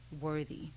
worthy